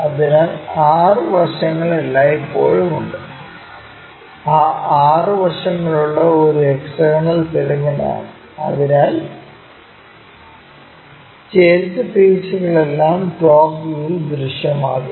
അതിനാൽ 6 വശങ്ങൾ എല്ലായ്പ്പോഴും ഉണ്ട് ആ 6 വശങ്ങളുള്ള ഒരു ഹെക്സഗണൽ പിരമിഡാണ് അതിനാൽ ചെരിഞ്ഞ ഫെയ്സ്സുകളെല്ലാം ടോപ് വ്യൂവിൽ ദൃശ്യമാകും